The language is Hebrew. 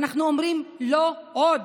ואנחנו אומרים: לא עוד.